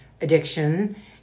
addiction